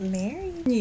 married